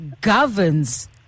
governs